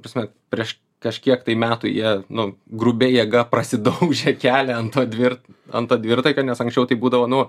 prasme prieš kažkiek tai metų jie nu grubia jėga prasidaužė kelią ant to dvir ant to dvirtakio nes anksčiau tai būdavo nu